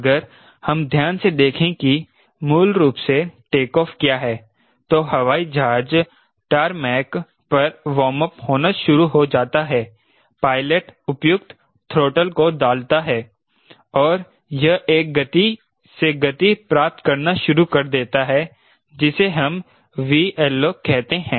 अगर हम ध्यान से देखें कि मूल रूप से टेकऑफ़ क्या है तो हवाई जहाज टरमैक पर वार्म अप होना शुरू हो जाता है पायलट उपयुक्त थ्रॉटल को डाल देता है और यह एक गति से गति प्राप्त करना शुरू कर देता है जिसे हम 𝑉LO कहते हैं